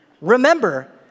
remember